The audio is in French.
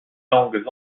langues